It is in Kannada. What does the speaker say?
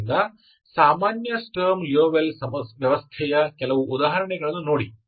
ಆದ್ದರಿಂದ ಸಾಮಾನ್ಯ ಸ್ಟರ್ಮ್ ಲಿಯೋವಿಲ್ಲೆ ವ್ಯವಸ್ಥೆಯ ಕೆಲವು ಉದಾಹರಣೆಗಳನ್ನು ನೋಡಿ